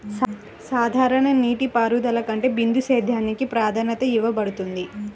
సాధారణ నీటిపారుదల కంటే బిందు సేద్యానికి ప్రాధాన్యత ఇవ్వబడుతుంది